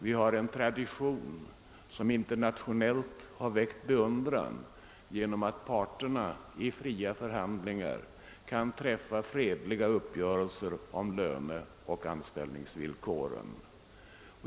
Vi har en tradition, som väckt internationell beundran och som innebär att parterna i fria förhandlingar kan träffa fredliga uppgörelser om löneoch anställningsvillkor.